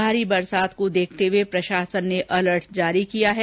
भारी बरसात को देखर्त हुए प्रशासन ने अलर्ट जारी किया है